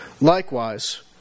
Likewise